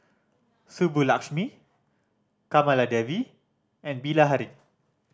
Subbulakshmi Kamaladevi and Bilahari